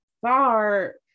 far